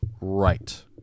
Right